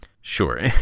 Sure